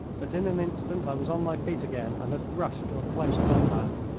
but in an instant i was on my feet again and had rushed to a close combat.